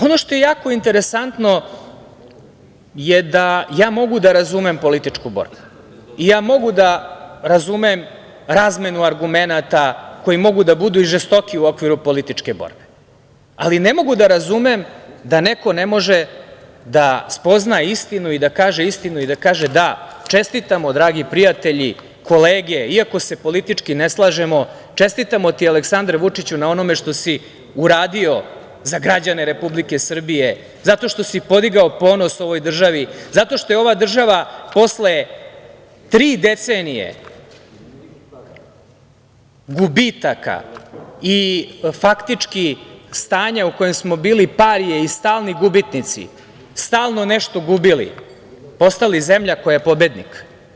Ono što je jako interesantno je da ja mogu da razumem političku borbu i ja mogu da razumem razmenu argumenata koji mogu da budu i žestoki u okviru političke borbe, ali ne mogu da razumem da neko ne može da spozna istinu i da kaže - da, čestitamo dragi prijatelji, kolege, iako se politički ne slažemo, čestitamo ti Aleksandre Vučiću na onome što si uradio za građane Republike Srbije zato što si podigao ponos ovoj državi, zato što je ova država posle tri decenije gubitaka i faktički stanja u kojem smo bili i stalni gubitnici, stalno nešto gubili, postali zemlja koja je pobednik.